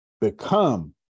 become